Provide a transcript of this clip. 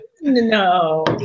No